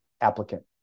applicant